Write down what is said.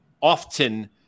often